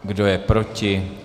Kdo je proti?